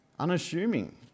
unassuming